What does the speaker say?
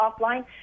offline